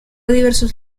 diversos